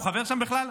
הוא חבר שם בכלל?